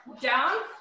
down